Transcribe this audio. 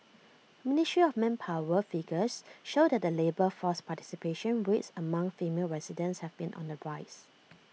ministry of manpower figures show that the labour force participation rates among female residents have been on the rise